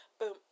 Boom